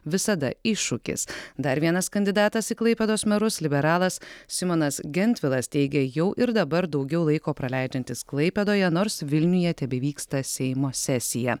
visada iššūkis dar vienas kandidatas į klaipėdos merus liberalas simonas gentvilas teigė jau ir dabar daugiau laiko praleidžiantis klaipėdoje nors vilniuje tebevyksta seimo sesija